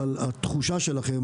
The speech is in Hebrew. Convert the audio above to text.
אבל התחושה שלכם,